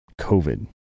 COVID